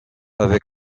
avec